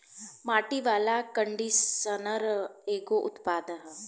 माटी वाला कंडीशनर एगो उत्पाद ह